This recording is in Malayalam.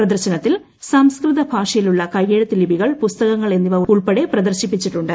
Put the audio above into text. പ്രദർശനത്തിൽ സംസ്കൃത ഭാഷയിലുള്ള കൈ എഴുത്ത് ലിപികൾ പുസ്തകങ്ങൾ എന്നിവ ഉൾപ്പെടെ പ്രദർശിപ്പിച്ചിട്ടുണ്ട്